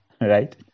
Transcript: right